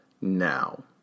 Now